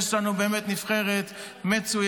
יש לנו באמת נבחרת מצוינת.